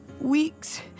weeks